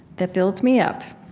that builds me up,